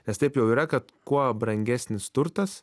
nes taip jau yra kad kuo brangesnis turtas